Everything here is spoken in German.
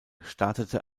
startete